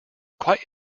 quite